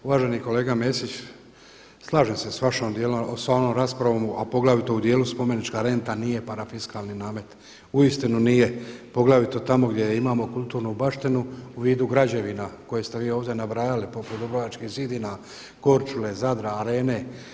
Uvaženi kolega Mesić, slažem se sa vašim dijelom, sa onom raspravom a poglavito u dijelu spomenička renta nije parafiskalni namet, uistinu nije poglavito tamo gdje imamo kulturnu baštinu u vidu građevina koje ste vi ovdje nabrajali poput dubrovačkih zidina, Korčule, Zadra, Arene.